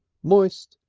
moist,